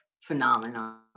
phenomenon